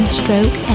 stroke